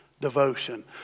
devotion